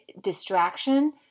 distraction